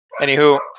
Anywho